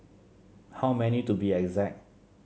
how many to be exact